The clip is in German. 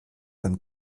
von